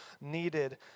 needed